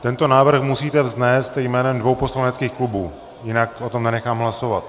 Tento návrh musíte vznést jménem dvou poslaneckých klubů, jinak o tom nenechám hlasovat.